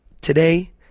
Today